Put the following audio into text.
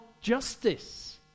justice